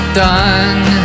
done